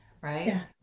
right